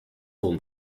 fallen